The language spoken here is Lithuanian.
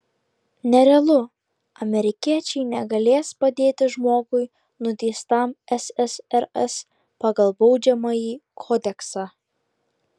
nerealu amerikiečiai negalės padėti žmogui nuteistam ssrs pagal baudžiamąjį kodeksą